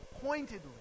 pointedly